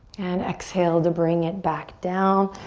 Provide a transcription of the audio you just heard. and exhale to bring it back down.